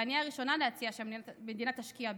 ואני הראשונה להציע שהמדינה תשקיע בזה,